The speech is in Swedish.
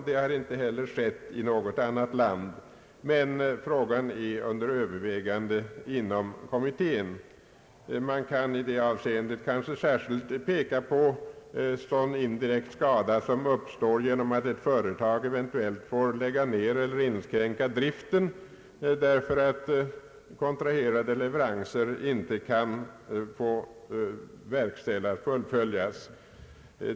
Det har inte heller skett i något annat land, men frågan är under övervägande inom kommittén. Man kan i det avseendet kanske särskilt peka på sådan indirekt skada som uppstår genom att ett företag eventuellt får lägga ned eller inskränka driften därför att kontrakterade leveranser inte kan fullföljas.